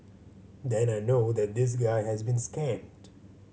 then I know that this guy has been scammed